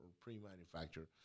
pre-manufactured